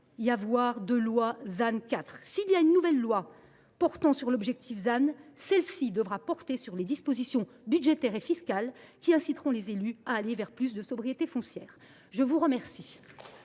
y avoir de loi ZAN 4. S’il y a une nouvelle loi relative à l’objectif ZAN, elle devra porter sur les dispositions budgétaires et fiscales qui inciteront les élus à aller vers plus de sobriété foncière. La parole